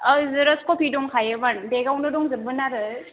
औ xerox copy दंखायोमोन बेगावनो दंजोबोमोन आरो